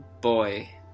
boy